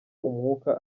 umwuka